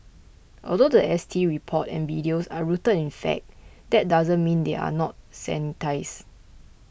although the S T report and videos are rooted in fact that doesn't mean they are not sanitised